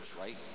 right